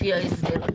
לפי ההסדר.